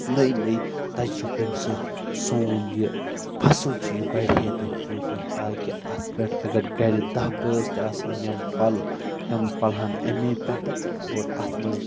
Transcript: نٔے نٔے تجرُبہٕ ییٚمہِ سۭتۍ سون یہِ فصل چھُ یہِ بَڑِ ہے دۄہ کھۄتہٕ دۄہ تاکہِ اَتھ پٮ۪ٹھ اگر گرِ دہ بٲژ تہِ آسان ییٚمہِ پَلہٕ یِم پلہن امے پٮ۪ٹھٕ اور اتھ منٛز